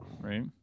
Right